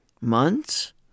Months